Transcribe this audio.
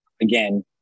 Again